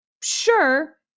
Sure